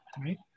Right